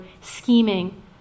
scheming